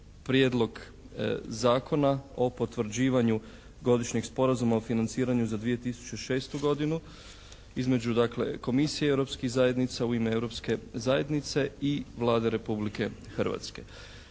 Prijedlog zakona o potvrđivanju Godišnjeg sporazuma o financiranju za 2006. godinu između dakle komisije europskih zajednica u ime Europske zajednice i Vlade Republike Hrvatske.